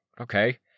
okay